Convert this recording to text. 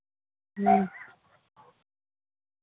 ᱦᱩᱸ